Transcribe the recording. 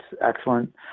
Excellent